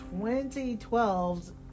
2012's